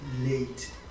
late